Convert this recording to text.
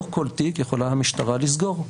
לא כל תיק יכולה המשטרה לסגור,